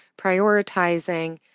prioritizing